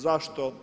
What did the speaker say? Zašto?